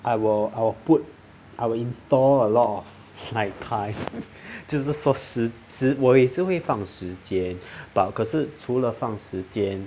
I will I'll put I'll install a lot of like time 就是说时间我也是会放时间 but 可是除了放时间